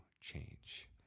change